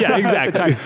yeah exactly.